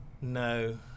No